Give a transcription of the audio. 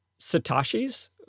Satoshis